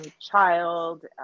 child